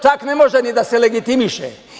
Čak ne može ni da se legitimiše.